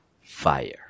fire